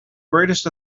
greatest